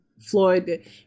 Floyd